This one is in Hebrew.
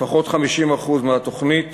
לפחות 50% מהתוכנית